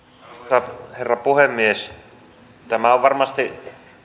arvoisa herra puhemies tämä on varmasti